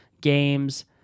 games